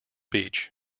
beach